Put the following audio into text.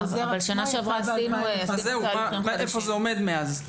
איפה זה עומד מאז?